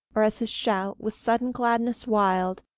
or as his shout, with sudden gladness wild,